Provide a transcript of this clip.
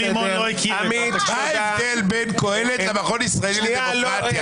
מה ההבדל בין קהלת למכון הישראלי לדמוקרטיה?